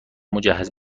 مجهز